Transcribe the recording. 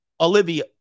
Olivia